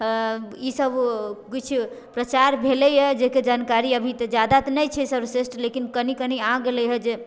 ई सब किछु प्रचार भेलैए जकर जानकारी अभी तऽ जादा तऽ नहि छै सर्वश्रेष्ठ लेकिन कनी कनी आ गेलै हँ जे